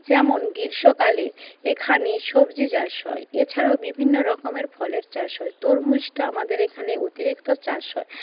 যেমন গ্রীষ্মকালে এখানে সবজি চাষ হয় এছাড়াও বিভিন্ন রকমের ফলের চাষ হয় তরমুজটা আমাদের এখানে অতিরিক্ত চাষ হয়